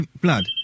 Blood